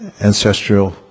ancestral